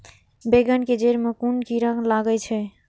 बेंगन के जेड़ में कुन कीरा लागे छै?